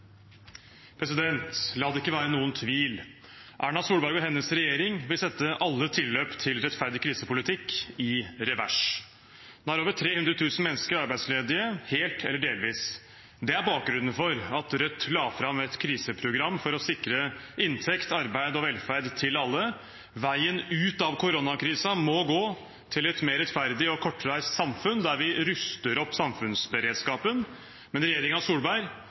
over 300 000 mennesker arbeidsledige – helt eller delvis. Det er bakgrunnen for at Rødt la fram et kriseprogram for å sikre inntekt, arbeid og velferd til alle – veien ut av koronakrisen må gå til et mer rettferdig og kortreist samfunn, der vi ruster opp samfunnsberedskapen. Regjeringen Solberg